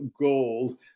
goal